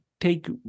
take